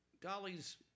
Dolly's